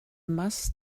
must